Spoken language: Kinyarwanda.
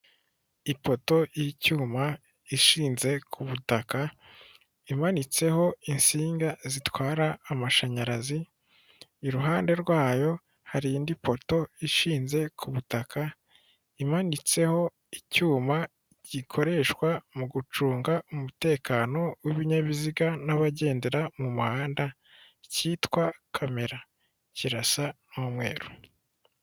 Ipoto y'icyuma ishinze ku butaka, imanitseho insinga zitwara amashanyarazi, iruhande rwayo hari indi poto ishinze ku butaka, imanitseho icyuma gikoreshwa mu gucunga umutekano w'ibinyabiziga n'abagendera mu muhanda, cyitwa kamera. Kirasa n'umweru.